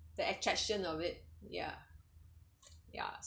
the attraction of it ya ya